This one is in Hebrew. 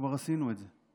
שכבר עשינו את זה.